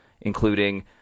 including